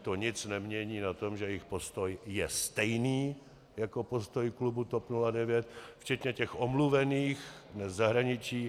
To nic nemění na tom, že jejich postoj je stejný jako postoj klubu TOP 09, včetně těch omluvených v zahraničí.